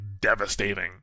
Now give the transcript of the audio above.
devastating